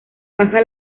baja